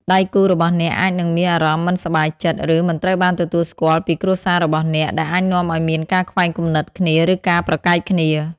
ដៃគូរបស់អ្នកអាចនឹងមានអារម្មណ៍មិនសប្បាយចិត្ត ឬមិនត្រូវបានទទួលស្គាល់ពីគ្រួសាររបស់អ្នក ដែលអាចនាំឲ្យមានការខ្វែងគំនិតគ្នា ឬការប្រកែកគ្នា។